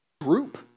group